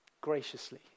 graciously